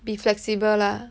be flexible lah